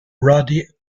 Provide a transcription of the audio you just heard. roddy